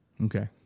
Okay